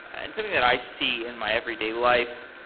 and something that i see in my everyday life.